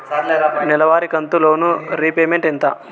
నెలవారి కంతు loan repayment ఎంత?